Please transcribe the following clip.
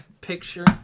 picture